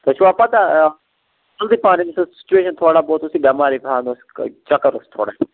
تۄہہِ چھُوا پَتاہ آ سُچویشَن تھوڑا بہت اوس یہِ بٮ۪مارٕے پَہَم حظ چَکَر اوس تھوڑا